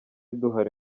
duhari